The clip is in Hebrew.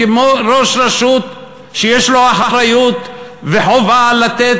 כמו ראש רשות שיש לו אחריות וחובה לתת